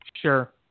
Sure